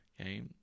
Okay